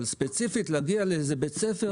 אבל ספציפית להגיע לאיזה בית ספר